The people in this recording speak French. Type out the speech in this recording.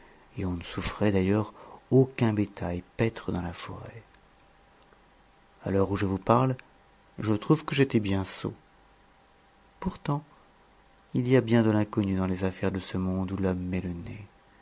et on ne souffrait d'ailleurs aucun bétail paître dans la forêt à l'heure où je vous parle je trouve que j'étais bien sot pourtant il y a bien de l'inconnu dans les affaires de ce monde où l'homme met le nez